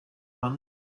one